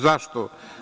Zašto?